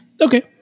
Okay